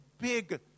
big